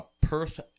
Perth